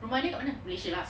rumah dia kat mana lah